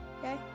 Okay